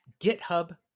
GitHub